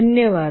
धन्यवाद